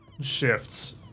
shifts